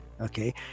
okay